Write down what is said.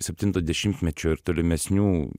septinto dešimtmečio ir tolimesnių